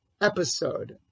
episode